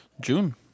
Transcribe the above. june